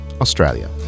Australia